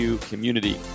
community